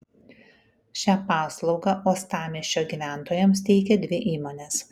šią paslaugą uostamiesčio gyventojams teikia dvi įmonės